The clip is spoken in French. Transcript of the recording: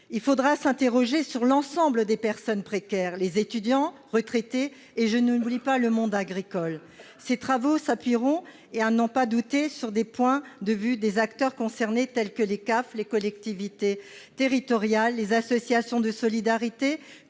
Il faudra s'interroger sur l'ensemble des personnes précaires, les étudiants, les retraités, et je n'oublie pas le monde agricole. Ces travaux s'appuieront, à n'en pas douter, sur les points de vue des acteurs concernés, tels que les CAF, les collectivités territoriales, les associations de solidarité,